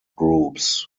groups